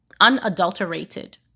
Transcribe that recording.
unadulterated